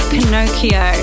Pinocchio